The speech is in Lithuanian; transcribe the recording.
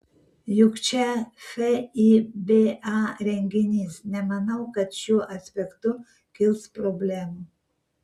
juk čia fiba renginys nemanau kad šiuo aspektu kils problemų